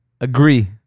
agree